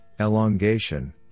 elongation